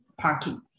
parking